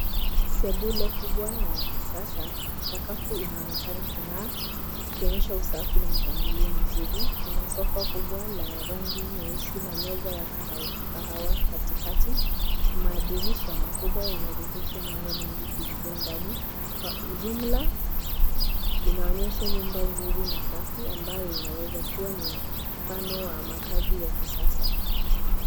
Sebule kubwa na ya kisasa, sakafu inaonekana kung'aa ikionyesha usafi na mpangilio mzuri. Kuna sofa kubwa la rangi nyeusi na meza ya kahawa katikati. Madirisha makubwa yanaruhusu mwanga mwingi kuingia ndani. Kwa ujumla inaonyesha nyumba nzuri na safi ambayo inaweza kuwa ni mfano wa makaazi ya kisasa.